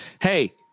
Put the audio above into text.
Hey